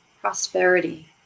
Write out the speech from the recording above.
prosperity